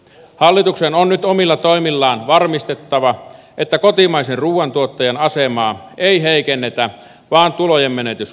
hallituksen on nyt omilla toimillaan varmistettava että kotimaisen ruoantuottajan asemaa ei heikennetä vaan tulojen menetys kompensoidaan